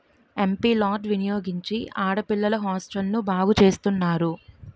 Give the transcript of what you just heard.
MP లార్డ్ వినియోగించి ఆడపిల్లల హాస్టల్ను బాగు చేస్తున్నారు